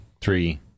three